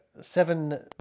Seven